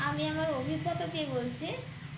আমি আমার অভিজ্ঞতা দিয়ে বলছি